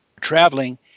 traveling